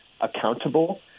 accountable